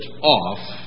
off